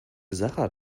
sacher